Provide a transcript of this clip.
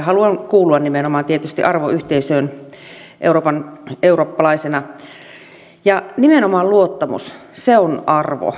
haluan tietysti kuulua nimenomaan arvoyhteisöön eurooppalaisena ja nimenomaan luottamus on arvo